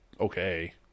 okay